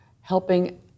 helping